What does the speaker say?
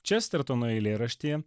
čestertono eilėraštyje